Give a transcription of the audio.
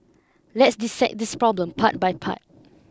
let's dissect this problem part by part